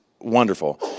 wonderful